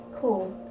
Cool